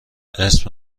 اسم